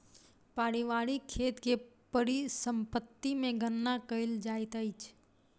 पारिवारिक खेत के परिसम्पत्ति मे गणना कयल जाइत अछि